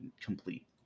complete